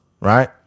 right